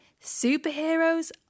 Superheroes